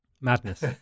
Madness